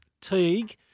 Teague